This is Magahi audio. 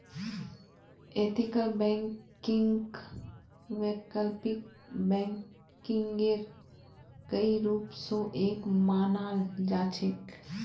एथिकल बैंकिंगक वैकल्पिक बैंकिंगेर कई रूप स एक मानाल जा छेक